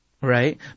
right